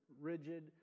rigid